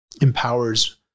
empowers